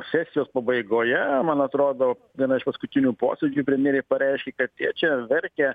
sesijos pabaigoje man atrodo vieną iš paskutinių posėdžių premjerė pareiškė kad jie čia verkia